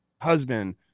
husband